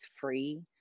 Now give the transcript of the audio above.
free